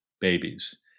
babies